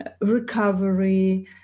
recovery